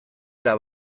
era